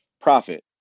profit